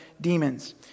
demons